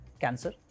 cancer